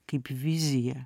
kaip viziją